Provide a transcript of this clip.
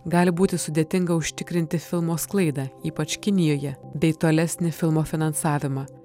gali būti sudėtinga užtikrinti filmo sklaidą ypač kinijoje bei tolesnį filmo finansavimą